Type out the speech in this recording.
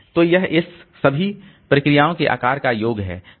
तो यह S सभी प्रोसेसओं के आकार का योग है